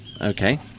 Okay